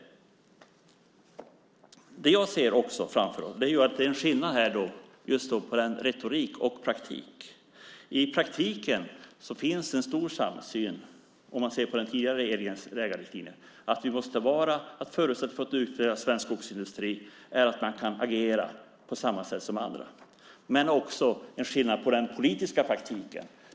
Det jag ser framför mig är att det är skillnad på retoriken och praktiken. I praktiken finns en stor samsyn, om man ser på den tidigare regeringens riktlinjer, om att förutsättningen för att utveckla svensk skogsindustri är att man kan agera på samma sätt som andra. Men det finns också en skillnad i den politiska praktiken.